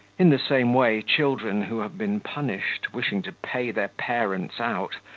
in the same way children, who have been punished, wishing to pay their parents out,